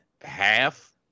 Half